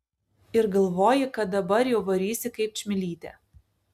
ir galvoji kad dabar jau varysi kaip čmilytė